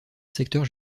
secteur